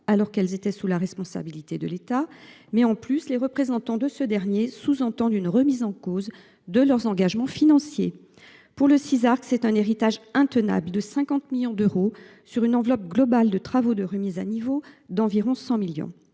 alors qu’elles étaient sous la responsabilité de l’État, mais les représentants de ce dernier sous entendent une remise en cause de leurs engagements financiers. Pour le Sisarc, l’héritage est intenable : 50 millions d’euros sur une enveloppe globale de travaux de remise à niveau d’environ 100 millions